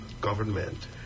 government